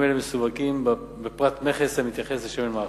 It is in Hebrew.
אבל התשובה היא: 1 2. מבדיקת נתוני הייבוא של שמנים לישראל לקראת חג